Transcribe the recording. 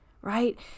right